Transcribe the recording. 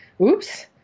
Oops